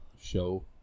show